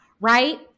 right